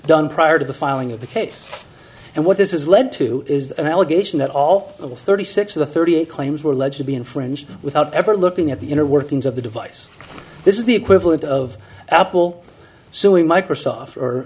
done prior to the filing of the case and what this is led to is an allegation that all of thirty six of the thirty eight claims were alleged to be infringed without ever looking at the inner workings of the device this is the equivalent of apple suing microsoft or